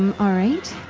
um all right.